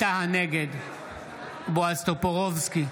נגד בועז טופורובסקי,